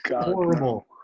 horrible